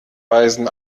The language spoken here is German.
weisen